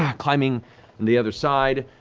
yeah climbing in the other side.